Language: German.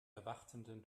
erwartenden